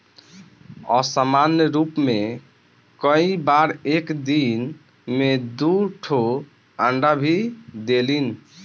असामान्य रूप में कई बार एक दिन में दू ठो अंडा भी देलिन